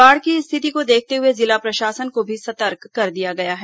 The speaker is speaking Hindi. बाढ़ की स्थिति को देखते हुए जिला प्रशासन को भी सतर्क कर दिया गया है